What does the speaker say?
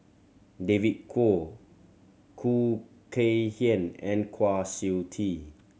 David Kwo Khoo Kay Hian and Kwa Siew Tee